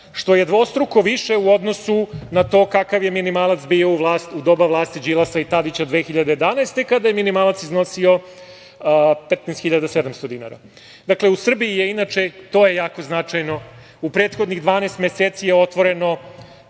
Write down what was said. što je dvostruko više u odnosu na to kakav je minimalac bio u doba vlasti Đilasa i Tadića 2011. godine, kada je minimalac iznosio 15.700 dinara. Dakle, u Srbiji je inače, to je jako značajno, u prethodnih 12 meseci otvoreno